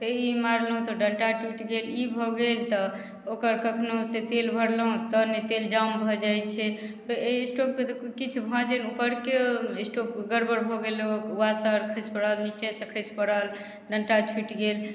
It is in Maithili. तऽ ई मारलहुँ तऽ डण्टा टूटि गेल ई भऽ गेल तऽ ओकर कखनो से तेल भरलहुँ तऽ ने तेल जाम भऽ जाइ छै अइ स्टोवके तऽ किछु भाँजे उपरके स्टोवके गड़बड़ भऽ गेल वाशर खसि पड़ल नीचेसँ खसि पड़ल डण्टा छूटि गेल